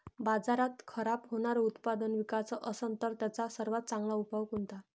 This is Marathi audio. बाजारात खराब होनारं उत्पादन विकाच असन तर त्याचा सर्वात चांगला उपाव कोनता?